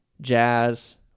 Jazz